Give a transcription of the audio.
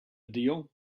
deal